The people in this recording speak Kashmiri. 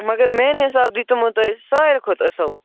مگر میٛانہِ حِساب دیُتمو تۄہہِ سارِوٕے کھۄتہٕ اَصٕل